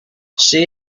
she